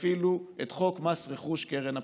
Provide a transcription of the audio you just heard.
ותפעילו את חוק מס רכוש וקרן הפיצויים.